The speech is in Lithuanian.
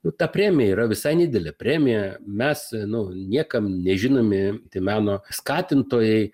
nu ta premija yra visai nedidelė premija mes nu niekam nežinomi meno skatintojai